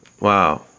Wow